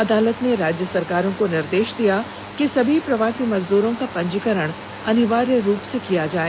अदालत ने राज्य सरकारों को निर्देश दिया कि सभी प्रवासी मजदूरो का पंजीकरण अनिवार्य रुप से किया जाए